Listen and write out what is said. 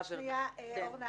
שיערתי שיהיו פה חברי כנסת שיגיעו.